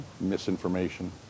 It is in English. misinformation